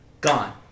gone